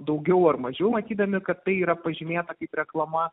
daugiau ar mažiau matydami kad tai yra pažymėta kaip reklama